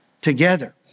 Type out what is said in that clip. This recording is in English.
together